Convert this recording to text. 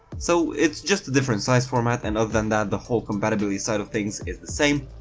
so it's just a different size format and other than that the whole compatibility side of things is the same,